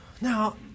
Now